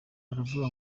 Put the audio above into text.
baravuga